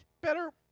Better